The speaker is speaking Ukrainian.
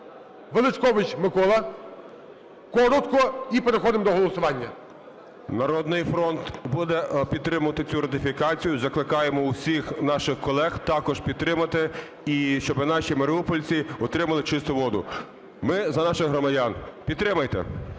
Величкович Микола. Коротко, і переходимо до голосування. 12:00:34 ВЕЛИЧКОВИЧ М.Р. "Народний фронт" буде підтримувати цю ратифікацію. Закликаємо всіх наших колег також підтримати, і щоб наші маріупольці отримали чисту воду. Ми за наших громадян. Підтримайте.